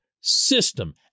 system